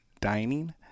dining